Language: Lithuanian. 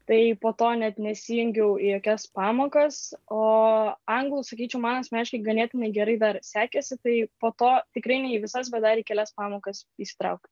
tai po to net nesijungiau į jokias pamokas o anglų sakyčiau man asmeniškai ganėtinai gerai dar sekėsi tai po to tikrai ne į visas bet dar į kelias pamokas įsitraukiau